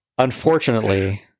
Unfortunately